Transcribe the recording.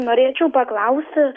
norėčiau paklausti